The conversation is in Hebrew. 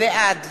בעד